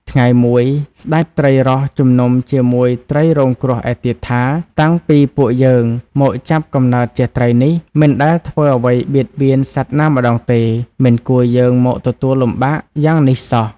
ថ្ងៃមួយ ស្ដេចត្រីរ៉ស់ជំនុំជាមួយត្រីរងគ្រោះឯទៀតថា៖ «តាំងពីពួកយើងមកចាប់កំណើតជាត្រីនេះ មិនដែលធ្វើអ្វីបៀតបៀនសត្វណាម្ដងទេ មិនគួរយើងមកទទួលលំបាកយ៉ាងនេះសោះ»។